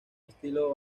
estilo